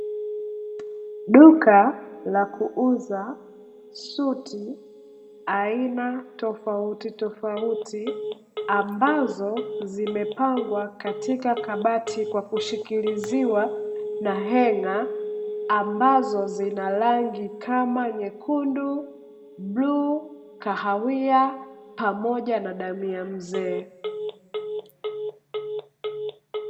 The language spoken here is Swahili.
Duka la kuuza suti aina tofautitofauti ambazo nimepangwa katika kabati kwa kushikiliziwa na heng'a ambazo zina rangi kama nyekundu , bluu, kahawia pamoja na damu ya mzee.